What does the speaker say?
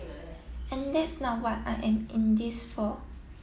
and this now what I am in this for